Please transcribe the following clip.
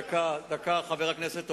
דקה, חבר הכנסת אורלב.